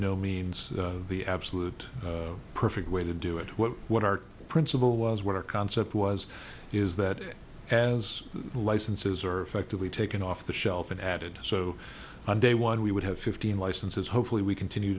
no means the absolute perfect way to do it what our principle was what our concept was is that as the licenses are effectively taken off the shelf and added so on day one we would have fifteen licenses hopefully we continue